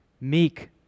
meek